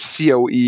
coe